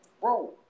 Bro